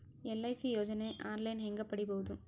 LIC ಯೋಜನೆ online ಹೇಂಗ ಪಡಿಬಹುದು?